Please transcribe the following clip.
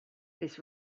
this